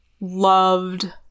loved